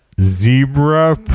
zebra